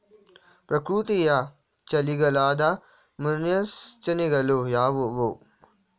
ಪ್ರಕೃತಿಯ ಚಳಿಗಾಲದ ಮುನ್ಸೂಚನೆಗಳು ಯಾವುವು?